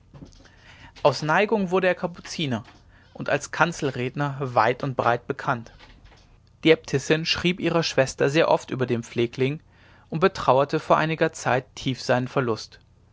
aus neigung wurde er kapuziner und als kanzelredner weit und breit bekannt die äbtissin schrieb ihrer schwester sehr oft über den pflegling und betrauerte vor einiger zeit tief seinen verlust